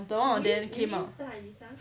one of them came out